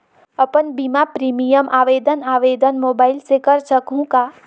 अपन बीमा प्रीमियम आवेदन आवेदन मोबाइल से कर सकहुं का?